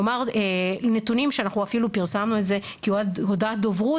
כלומר נתונים שאנחנו אפילו פרסמנו את זה כהודעת דוברות,